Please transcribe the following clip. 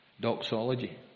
doxology